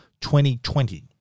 2020